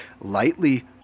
lightly